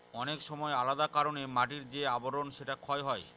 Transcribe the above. অনেক সময় আলাদা কারনে মাটির যে আবরন সেটা ক্ষয় হয়